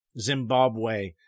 Zimbabwe